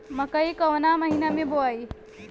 मकई कवना महीना मे बोआइ?